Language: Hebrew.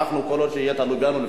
כל עוד זה תלוי בנו,